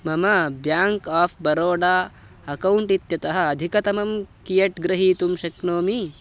मम bank of Baroda account इत्यतः अधिकतमं कियत् गृहीतुं शक्नोमि